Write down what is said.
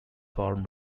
farm